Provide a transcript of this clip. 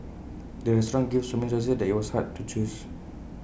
the restaurant gave so many choices that IT was hard to choose